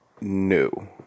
new